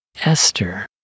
Esther